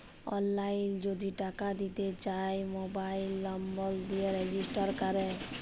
অললাইল যদি টাকা দিতে চায় মবাইল লম্বর দিয়ে রেজিস্টার ক্যরে